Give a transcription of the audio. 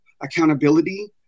accountability